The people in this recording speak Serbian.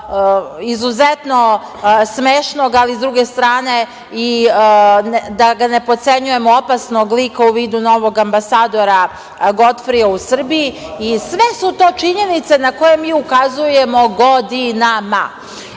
izuzetno smešnog, ali s druge strane, da ga ne potcenjujemo, opasnog lika u vidu novog ambasadora Godfrija u Srbiji. Sve su to činjenice na koje mi ukazujemo godinama.A